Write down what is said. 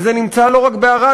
וזה נמצא לא רק בערד,